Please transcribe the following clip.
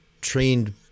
trained